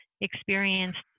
experienced